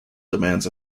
demands